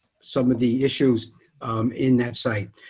some of the issues in that site.